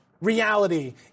Reality